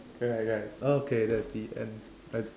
right right okay that's the end I